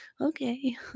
Okay